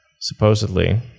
Supposedly